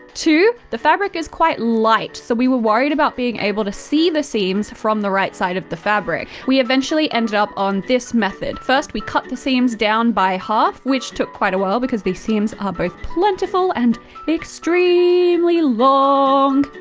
two, the fabric is quite light so we were worried about being able to see the seams from the right side of the fabric. we eventually ended up on this method. first, we cut the seams down by half, which took quite a while because the seams are both plentiful and extremely long.